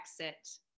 exit